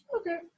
Okay